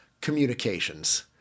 Communications